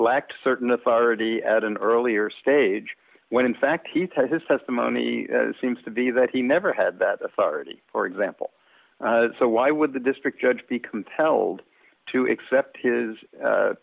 lacked certain authority at an earlier stage when in fact he takes his testimony seems to be that he never had that authority for example so why would the district judge be compelled to accept his